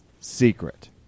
secret